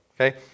Okay